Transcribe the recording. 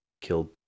killed